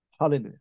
Hallelujah